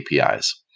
APIs